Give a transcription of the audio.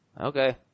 Okay